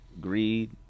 greed